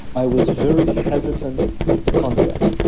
i was very hesitant at the concepts.